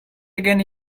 again